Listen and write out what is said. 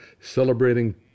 Celebrating